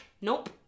Nope